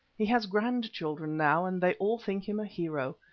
he has grandchildren now, and they all think him a hero.